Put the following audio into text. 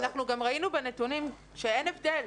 אנחנו גם ראינו בנתונים שאין הבדל.